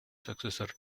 successor